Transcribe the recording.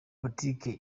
boutique